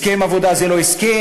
הסכם עבודה זה לא הסכם,